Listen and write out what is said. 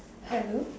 hello